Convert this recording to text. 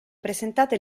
presentate